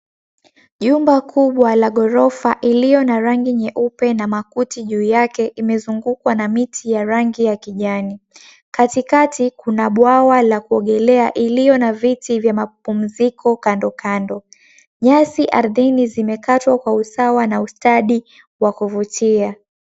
Jumba kubwa la ghorofa iliyo na rangi nyeupe na makuti juu yake imezungukwa na miti ya rangi ya kijani. Katikati kuna bwawa la kuogelea iliyo na viti vya mapumziko kandokando. Nyasi ardhini zimekatwa kwa usawa na ustadi wa kuvutia.